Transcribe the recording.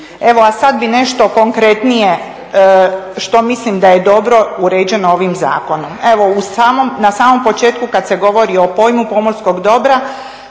A sad bih nešto konkretnije što mislim da je dobro uređeno ovim zakonom. Evo na samom početku kad se govori o pojmu pomorskog dobra